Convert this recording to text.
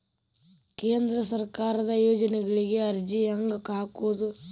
ಕೇಂದ್ರ ಸರ್ಕಾರದ ಯೋಜನೆಗಳಿಗೆ ಅರ್ಜಿ ಹೆಂಗೆ ಹಾಕೋದು?